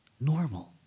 normal